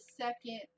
second